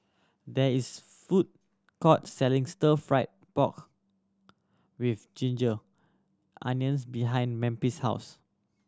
there is food court selling Stir Fry pork with ginger onions behind Memphis' house